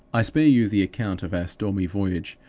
i spare you the account of our stormy voyage,